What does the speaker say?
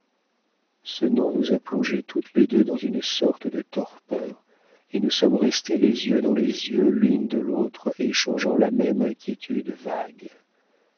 ce nom nous a plongées toutes les deux dans une sorte de torpeur et nous sommes restées les yeux dans les yeux l'une de l'autre échangeant la même inquiétude vague